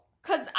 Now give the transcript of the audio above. Cause